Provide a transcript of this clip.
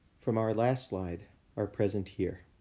from our last slide are present here.